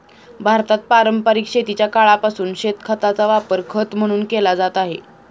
भारतात पारंपरिक शेतीच्या काळापासून शेणखताचा वापर खत म्हणून केला जात आहे